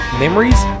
memories